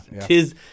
Tis